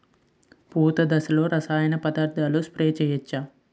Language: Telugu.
పూత దశలో రసాయన పదార్థాలు స్ప్రే చేయచ్చ?